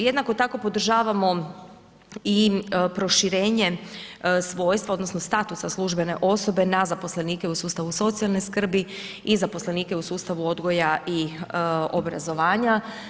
Jednako tako podržavamo i proširenje svojstva odnosno statusa službene osobe na zaposlenike u sustavu socijalne skrbi i zaposlenike u sustavu odgoja i obrazovanja.